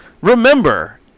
remember